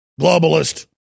globalist